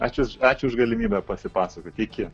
ačiū ačiū už tgalimybę pasipasakoti iki